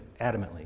adamantly